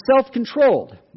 self-controlled